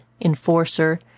enforcer